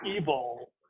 evil